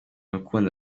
rukundo